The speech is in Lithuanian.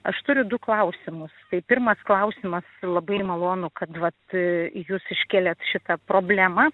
aš turiu du klausimus tai pirmas klausimas labai malonu kad vat jūs iškėlėt šitą problemą